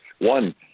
one